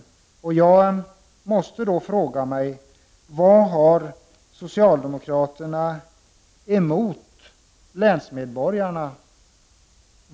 Jag måste då fråga mig: Vad har socialdemokraterna emot länsmedborgarna?